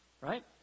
right